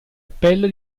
appello